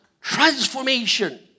transformation